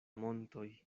montoj